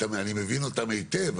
אני מבין אותם היטב,